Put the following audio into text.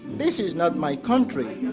this is not my country.